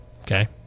Okay